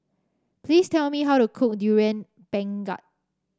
please tell me how to cook Durian Pengat